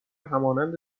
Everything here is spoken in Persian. همانند